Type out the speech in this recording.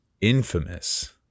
infamous